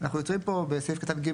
אנחנו יוצרים פה בסעיף קטן (ג)